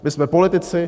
My jsme politici.